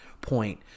point